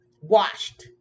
Washed